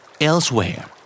Elsewhere